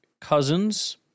cousins